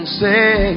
say